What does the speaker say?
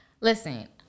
listen